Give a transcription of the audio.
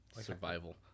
Survival